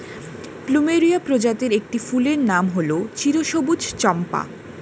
plumeria প্রজাতির একটি ফুলের নাম হল চিরসবুজ চম্পা